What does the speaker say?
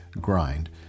grind